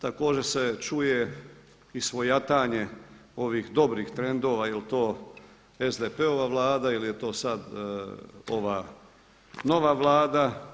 Također se čuje i svojatanje ovih dobrih trendova jel' to SDP-ova Vlada ili je to sad ova nova Vlada.